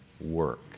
work